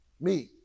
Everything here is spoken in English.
meek